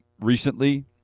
recently